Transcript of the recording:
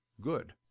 good